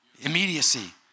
immediacy